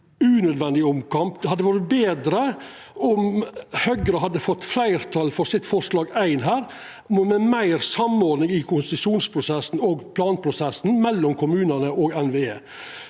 unødvendig omkamp. Det hadde vore betre om Høgre hadde fått fleirtal for forslag nr. 1 her, om å ha meir samordning i konsesjonsprosessen og planprosessen mellom kommunane og NVE.